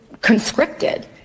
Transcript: conscripted